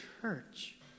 church